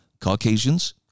Caucasians